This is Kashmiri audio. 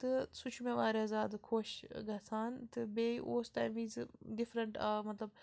تہٕ سُہ چھُ مےٚ واریاہ زیادٕ خۄش گژھان تہٕ بیٚیہِ اوس تَمہِ وِزِ ڈِفرَنٹ آ مطلب